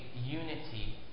unity